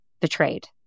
betrayed